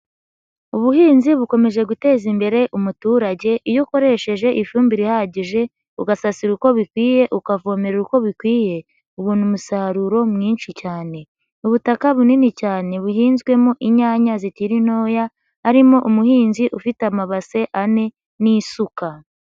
Ubuhinzi bukomeje guteza imbere umuturage, iyo ukoresheje ifumbire ihagije ,ugasasira uko bikwiye ,ukavomere uko bikwiye ,ubona umusaruro mwinshi cyane. Ubutaka bunini cyane buhinzwemo inyanya zikiri ntoya, harimo umuhinzi ufite amabase ane n'isuka.